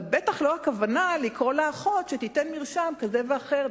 אבל בלי ספק הכוונה היא לא לקרוא לאחות שתיתן מרשם כזה ואחר,